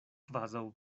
kvazaŭ